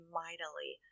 mightily